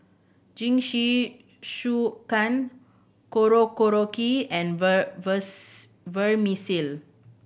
Jingisukan Korokke and Vermicelli